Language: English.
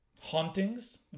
Hauntings